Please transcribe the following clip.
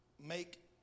make